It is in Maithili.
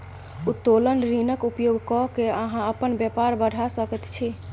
उत्तोलन ऋणक उपयोग क कए अहाँ अपन बेपार बढ़ा सकैत छी